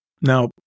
Now